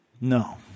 No